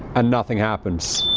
and nothing happens.